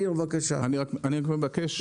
ניר, בבקשה.